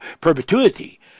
perpetuity